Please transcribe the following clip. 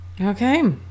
Okay